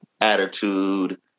attitude